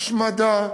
איש מדע,